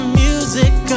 music